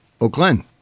Oakland